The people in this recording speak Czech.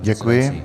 Děkuji.